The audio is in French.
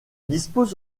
dispose